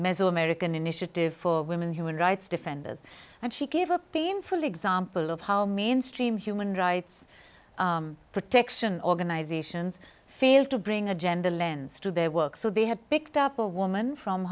mezzo american initiative for women human rights defenders and she gave a painful example of how mean stream human rights protection organizations fail to bring agenda lends to their work so they have picked up a woman from